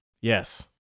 Yes